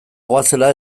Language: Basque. goazela